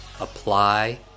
apply